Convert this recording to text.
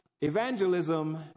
evangelism